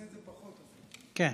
כן.